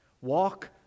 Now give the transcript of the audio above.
Walk